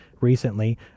recently